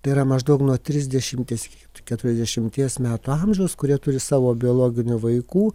tai yra maždaug nuo trisdešimties iki keturiasdešimties metų amžiaus kurie turi savo biologinių vaikų